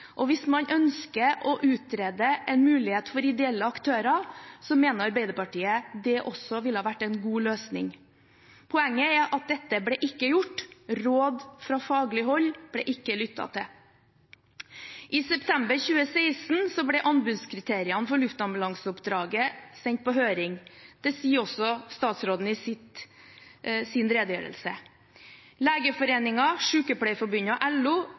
anbudsmodell. Hvis man ønsker å utrede en mulighet for ideelle aktører, mener Arbeiderpartiet det også ville vært en god løsning. Poenget er at dette ble ikke gjort. Råd fra faglig hold ble ikke lyttet til. I september 2016 ble anbudskriteriene for luftambulanseoppdraget sendt på høring. Det sa også statsråden i sin redegjørelse. Legeforeningen, Sykepleierforbundet og LO